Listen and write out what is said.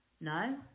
no